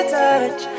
touch